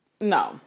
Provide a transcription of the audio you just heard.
No